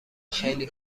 خیلی